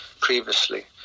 previously